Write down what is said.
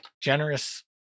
generous